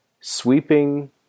sweeping